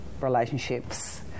relationships